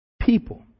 people